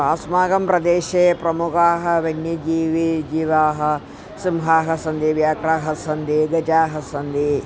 अस्माकं प्रदेशे प्रमुखाः वन्यजीविनः जीविनः सिंहाः सन्ति व्याघ्राः सन्ति गजाः सन्ति